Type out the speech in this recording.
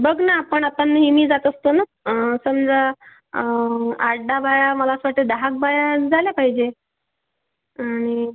बघ न आपण आता नेहमी जात असतो न समजा आठदहा बाया मला असं वाटतं दहा क बाया झाल्या पाहिजे आणि